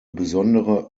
besondere